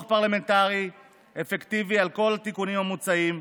פרלמנטרי אפקטיבי על כל התיקונים המוצעים,